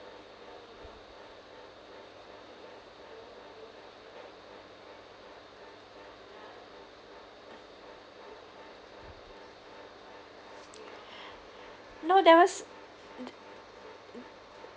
no there was